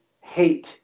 hate